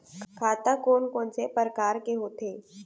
खाता कोन कोन से परकार के होथे?